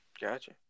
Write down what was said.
Gotcha